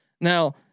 Now